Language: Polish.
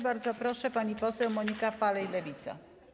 Bardzo proszę, pani poseł Monika Falej, Lewica.